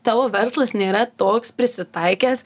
tavo verslas nėra toks prisitaikęs